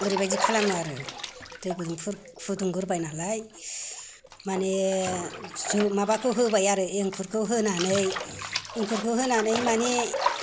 ओरैबायदि खालामो आरो दै गुदु फुदुंग्रोबाय नालाय माने जौ माबाखौ होबाय आरो एंखुरखौ होनानै माने